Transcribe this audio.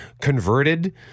converted